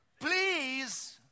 Please